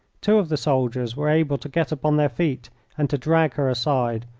two of the soldiers were able to get upon their feet and to drag her aside,